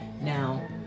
Now